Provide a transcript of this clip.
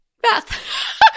Beth